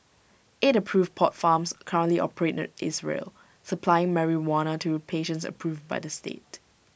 eight approved pot farms currently operate in Israel supplying marijuana to patients approved by the state